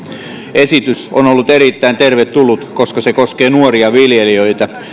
esitys on ollut erittäin tervetullut koska se koskee nuoria viljelijöitä